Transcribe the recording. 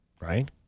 Right